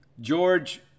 George